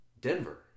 Denver